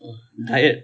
!wah! diet